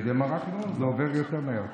שקדי מרק לא, זה עובר יותר מהר.